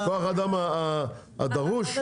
מהשטויות האלה, אני